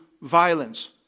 violence